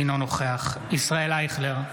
אינו נוכח ישראל אייכלר,